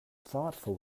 thoughtful